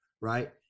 right